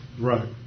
Right